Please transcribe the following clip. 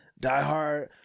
diehard